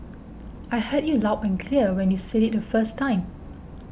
I heard you loud and clear when you said it the first time